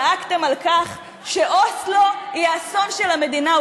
צעקתם על כך שאוסלו היא האסון של המדינה.